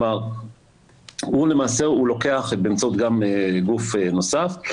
כלומר הוא לוקח באמצעות גוף נוסף,